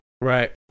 Right